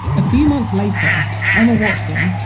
a few months later emma watson,